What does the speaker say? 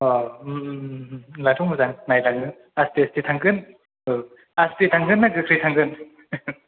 औ होमब्लाथ' मोजां नायलांनो आस्थे आस्थे थांगोन औ आस्थे थांगोन ना गोख्रै थांगोन